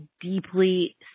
deeply